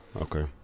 Okay